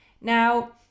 Now